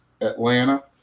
Atlanta